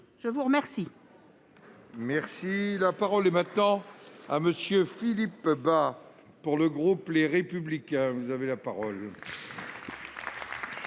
je vous remercie